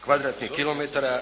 kilometara